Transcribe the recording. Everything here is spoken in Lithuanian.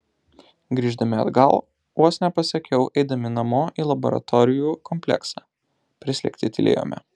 grįždami atgal vos nepasakiau eidami namo į laboratorijų kompleksą prislėgti tylėjome